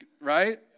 right